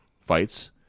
fights